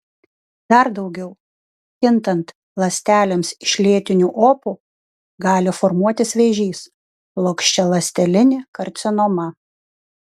dar daugiau kintant ląstelėms iš lėtinių opų gali formuotis vėžys plokščialąstelinė karcinoma